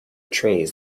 trays